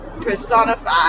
personify